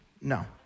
No